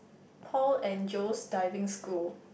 Paul and Joe's Diving School